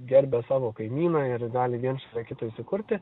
gerbia savo kaimyną ir gali viens šalia kito įsikurti